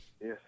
Yes